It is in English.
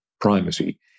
primacy